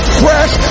fresh